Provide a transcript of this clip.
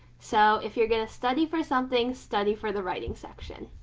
so if you're gonna study for something study for the writing section.